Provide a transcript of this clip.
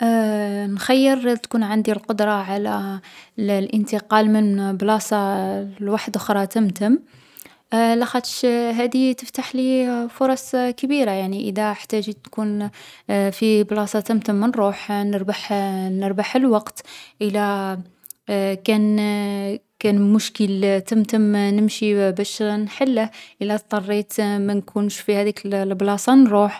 نخير تكون عندي القدرة على الانتقال من بلاصة لبلاصة وحدوخرا تمتم، علاخاطش هذي تفتحلي فرص كبيرة يعني إذا احتجت نكون في بلاصا تمتم نروح. نربح نربح الوقت، إلا كان كان مشكل تمتم نمشي باش نحله، إلا اضطريت مانكونش في هديك البلاصا نروح.